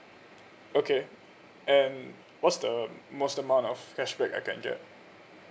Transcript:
okay and what's the most amount of cashback I can get